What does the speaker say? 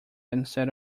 instead